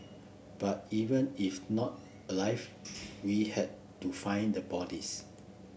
but even if not alive we had to find the bodies